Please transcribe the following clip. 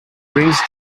brings